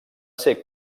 ser